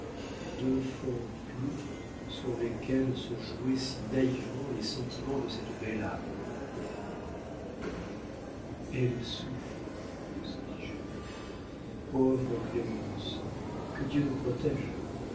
deux fonds purs sur lesquels se jouaient si naïvement les sentiments de cette belle âme elle souffre se dit jules pauvre clémence que dieu nous protége